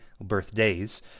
birthdays